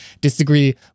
disagree